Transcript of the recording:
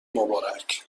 مبارک